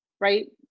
right